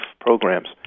programs